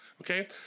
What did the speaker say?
Okay